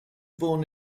born